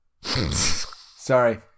Sorry